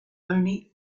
only